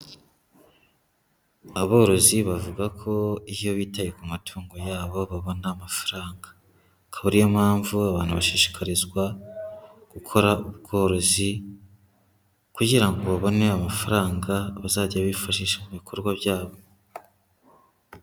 Aborozi bavuga ko iyo bitaye ku matungo yabo babona amafaranga. Akaba ariyo mpamvu abantu bashishikarizwa gukora ubworozi kugira babone amafaranga bazajya bifashisha mu bikorwa byabo.